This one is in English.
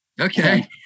Okay